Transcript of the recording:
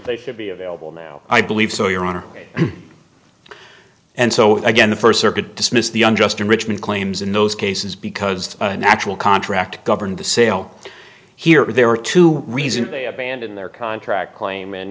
they should be available now i believe so your honor and so again the first circuit dismissed the unjust enrichment claims in those cases because the natural contract governed the sale here there are two reasons they abandon their contract claim and